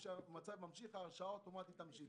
שהמצב נמשך ואז ההרשאה אוטומטית תמשיך?